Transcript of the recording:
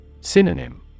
Synonym